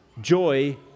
Joy